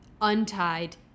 untied